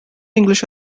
english